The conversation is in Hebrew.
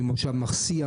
ממושב מחסיה,